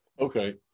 Okay